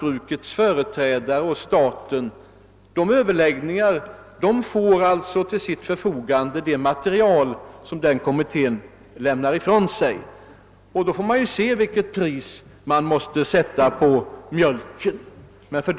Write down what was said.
brukets företrädare och staten kommer man alltså att till sitt förfogande ha det material som utredningen lämnar, och då får man se vilket pris som måste sättas på mjölken.